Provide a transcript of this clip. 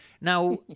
Now